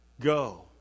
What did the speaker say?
go